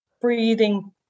breathing